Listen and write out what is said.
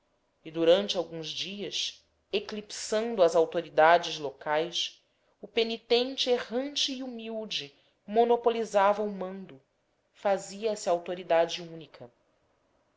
e durante alguns dias eclipsando as autoridades locais o penitente errante e humilde monopolizava o mando fazia-se autoridade única